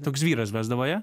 toks vyras vesdavo ją